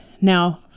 Now